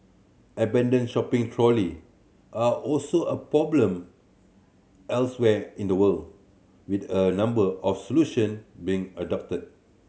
abandoned shopping trolley are also a problem elsewhere in the world with a number of solution being adopted